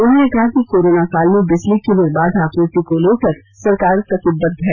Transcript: उन्होंने कहा कि कोरोना काल में बिजली की निर्बाध आपूर्ति को लेकर सरकार प्रतिबद्ध है